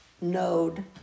node